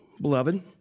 beloved